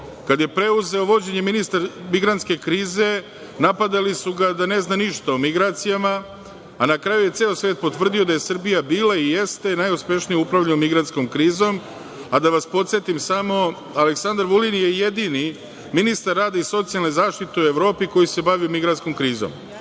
je preuzeo vođenje migrantske krize, napadali su ga da ne zna ništa o migracijama, a na kraju je ceo svet potvrdio da je Srbija bila i jeste, najuspešnije upravljao migrantskom krizom, da vas podsetim samo, Aleksandar Vulin je jedini ministar rada i socijalne zaštite u Evropi koji se bavio migrantskom krizom.